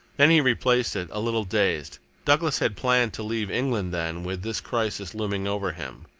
then he replaced it, a little dazed. douglas had planned to leave england, then, with this crisis looming over him.